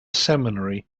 seminary